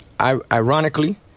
ironically